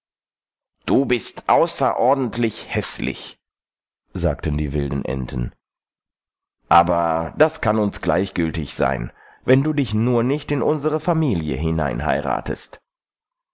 du bist außerordentlich häßlich sagten die wilden enten aber das kann uns gleichgiltig sein wenn du dich nur nicht in unsere familie hinein heiratest